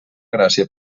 gràcia